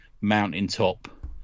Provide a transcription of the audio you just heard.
mountaintop